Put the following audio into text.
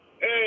Hey